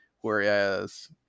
Whereas